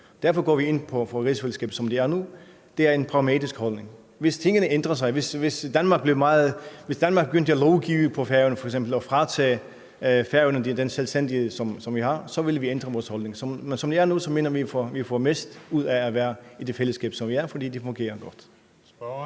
Derfor går vi ind for rigsfællesskabet, som det er nu, og det er en pragmatisk holdning. Hvis tingene ændrer sig, hvis Danmark f.eks. begyndte at lovgive på Færøerne og fratage Færøerne den selvstændighed, som vi har, vil vi ændre vores holdning. Men som det er nu, mener vi, vi får mest ud af at være i det fællesskab, som vi er i, fordi det fungerer godt.